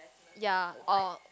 ya or